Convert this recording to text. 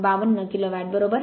52 kilowatt बरोबर